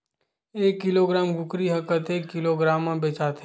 एक किलोग्राम कुकरी ह कतेक किलोग्राम म बेचाथे?